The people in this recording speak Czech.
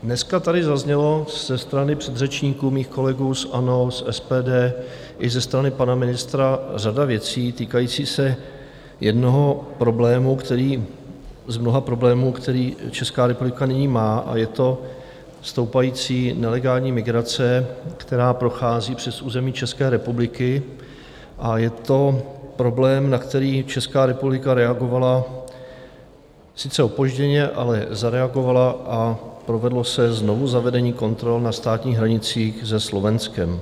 Dneska tady zaznělo ze strany předřečníků mých kolegů z ANO, z SPD i ze strany pana ministra řada věcí týkající se jednoho problému, který z mnoha problémů, které Česká republiky nyní má, a je to stoupající nelegální migrace, která prochází přes území České republiky, a je to problém, na který Česká republika reagovala sice opožděně, ale zareagovala a provedlo se znovuzavedení kontrol na státních hranicích se Slovenskem.